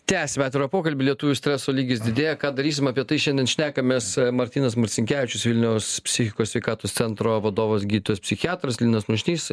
tęsiame atvirą pokalbį lietuvių streso lygis didėja ką darysim apie tai šiandien šnekamės martynas marcinkevičius vilniaus psichikos sveikatos centro vadovas gydytojas psichiatras linas mušnys